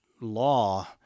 law